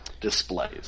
displays